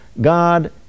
God